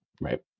Right